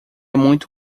muito